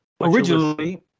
Originally